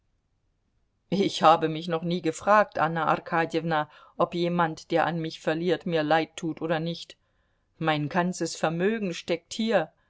ich habe mich noch nie gefragt anna arkadjewna ob jemand der an mich verliert mir leid tut oder nicht mein ganzes vermögen steckt hier